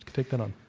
take that on.